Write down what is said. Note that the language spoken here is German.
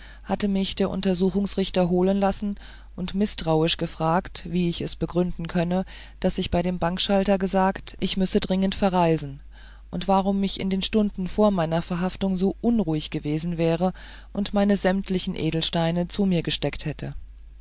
hatte mich der untersuchungsrichter holen lassen und mißtrauisch gefragt wie ich es begründen könne daß ich bei dem bankschalter gesagt ich müsse dringend verreisen und warum ich in den stunden vor meiner verhaftung so unruhig gewesen wäre und meine sämtlichen edelsteine zu mir gesteckt hätte